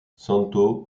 santo